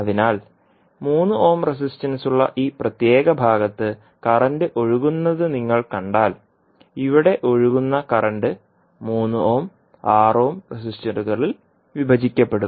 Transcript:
അതിനാൽ 3 ഓം റെസിസ്റ്റൻസുള്ള ഈ പ്രത്യേക ഭാഗത്ത് കറന്റ് ഒഴുകുന്നത് നിങ്ങൾ കണ്ടാൽ ഇവിടെ ഒഴുകുന്ന കറന്റ് 3 ഓം 6 ഓം റെസിസ്റ്റൻസുകളിൽ വിഭജിക്കപ്പെടും